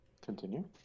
Continue